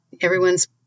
everyone's